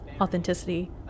authenticity